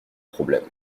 problème